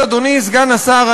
אדוני סגן השר,